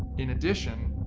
in addition,